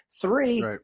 Three